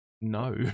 no